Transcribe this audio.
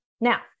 Now